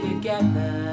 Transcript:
together